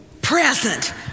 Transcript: present